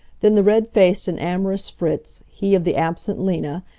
then the red-faced and amorous fritz, he of the absent lena,